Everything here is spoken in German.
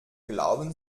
glauben